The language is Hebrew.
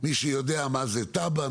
מי שיודע מה זאת תב"ע,